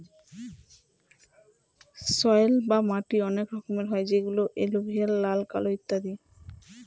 soil বা মাটি অনেক রকমের হয় যেমন এলুভিয়াল, লাল, কালো ইত্যাদি